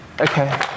Okay